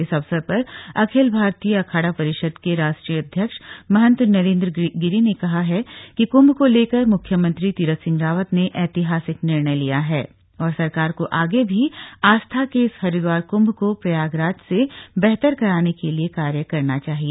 इस अवसर पर अखिल भारतीय अखाड़ा परिषद के राष्ट्रीय अध्यक्ष महंत नरेंद्र गिरि ने कहा कि कुंभ को लेकर मुख्यमंत्री तीरथ सिंह रावत ने ऐतिहासिक निर्णय लिया है और सरकार को आगे भी आस्था के इस हरिद्वार कुंभ को प्रयागराज से बेहतर कराने के लिए कार्य करना चाहिए